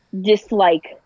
dislike